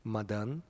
Madan